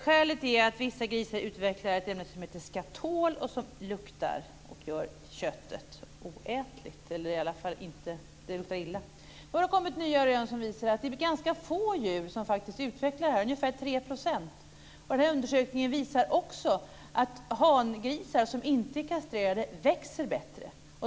Skälet är att vissa grisar utvecklar ett ämne som heter skatol och som luktar och gör köttet oätligt, eller åtminstone att det luktar illa. Nu har det kommit nya rön som visar att det är ganska få djur som faktiskt utvecklar detta, ungefär 3 %. Denna undersökning visar också att hangrisar som inte är kastrerade växer bättre.